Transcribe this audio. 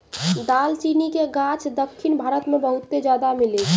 दालचीनी के गाछ दक्खिन भारत मे बहुते ज्यादा मिलै छै